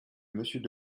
monsieur